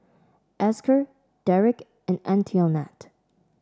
Esker Derik and Antionette